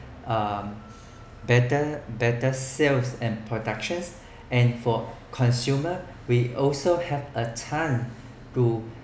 um better better sales and productions and for consumer we also have a chance to